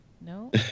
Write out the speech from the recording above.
No